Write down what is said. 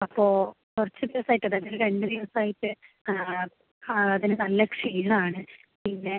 അപ്പോൾ കുറച്ച് ദിവസമായിട്ട് അതായതൊരു രണ്ട് ദിവസമായിട്ട് അതിന് നല്ല ക്ഷീണമാണ് പിന്നെ